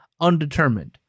undetermined